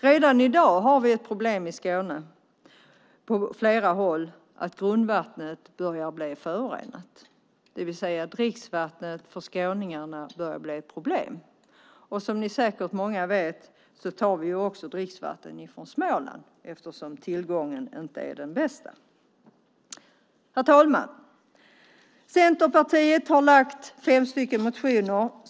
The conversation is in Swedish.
Redan i dag har vi ett problem på flera håll i Skåne med att grundvattnet börjar bli förorenat, det vill säga att dricksvattnet börjar bli ett problem för skåningarna. Som många av er säkert vet tar vi dricksvatten från Småland, eftersom tillgången inte är den bästa. Herr talman! Centerpartiet har fem motioner.